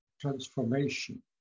transformation